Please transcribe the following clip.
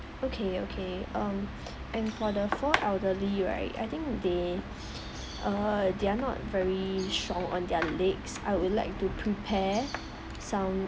okay okay um and for the four elderly right I think they err they are not very strong on their legs I would like to prepare some